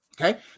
Okay